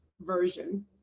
version